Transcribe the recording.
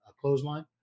clothesline